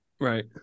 Right